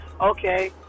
okay